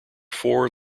four